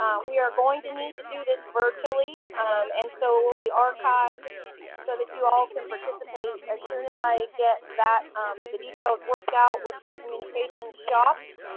we are going to need to do this virtually umm and so it will be archived so that you all can participate. as soon as i get that umm the details work out with my communications shop,